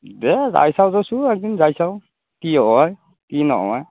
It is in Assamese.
দে যাই চাওঁ দেচোন একদিন যাই চাওঁ কি হয় কি নহয়